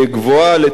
לצערי,